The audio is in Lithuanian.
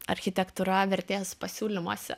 architektūra vertės pasiūlymuose